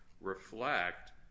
reflect